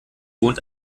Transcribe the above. wohnt